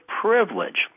privilege